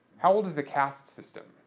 how old is the caste system?